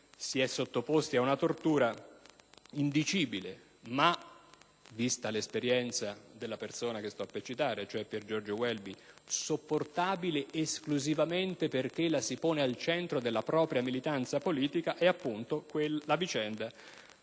si è sottoposti a una tortura indicibile (ma, vista l'esperienza della persona che sto per citare, sopportabile esclusivamente perché la si pone al centro della propria militanza politica), è l'ex copresidente